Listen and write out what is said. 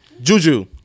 Juju